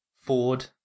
Ford –